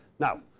now,